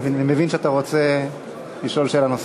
אני מבין שאתה רוצה לשאול שאלה נוספת.